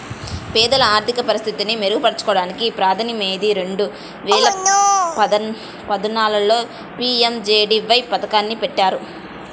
పేదల ఆర్థిక పరిస్థితిని మెరుగుపరచడానికి ప్రధాని మోదీ రెండు వేల పద్నాలుగులో పీ.ఎం.జే.డీ.వై పథకాన్ని పెట్టారు